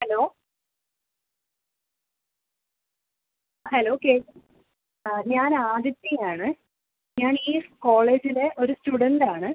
hello hello കേക്ക് ആ ഞാൻ ആദിത്യ ആണ് ഞാൻ ഈ കോളേജിലെ ഒര് സ്റ്റുഡൻറ്റാണ്